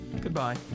goodbye